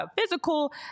physical